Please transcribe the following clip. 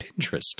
Pinterest